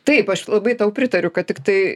taip aš labai tau pritariu kad tiktai